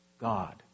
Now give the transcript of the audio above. God